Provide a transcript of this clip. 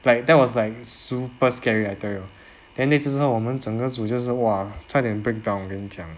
like that was like super scary I tell you then next 之后我们整个组就是 !wah! 差点 breakdown 跟你讲